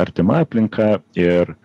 artima aplinka ir